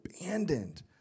abandoned